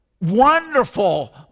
wonderful